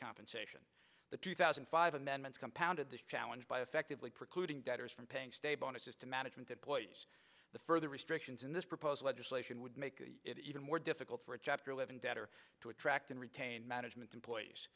compensation the two thousand five amendments compounded this challenge by effectively precluding debtors from paying stay bonuses to management employees the further restrictions in this proposed legislation would make it even more difficult for a chapter eleven debtor to attract and retain management employees